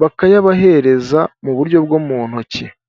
bakayabahereza mu buryo bwo mu ntoki.